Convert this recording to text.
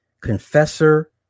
confessor